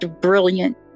brilliant